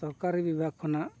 ᱥᱚᱨᱠᱟᱨᱤ ᱵᱤᱵᱷᱟᱜ ᱠᱷᱚᱱᱟᱜ